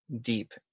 deep